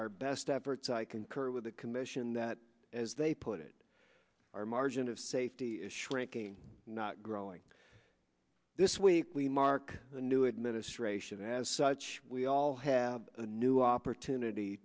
our best efforts i concur with the commission that as they put it our margin of safety is shrinking not growing this week we mark the new administration as such we all have a new opportunity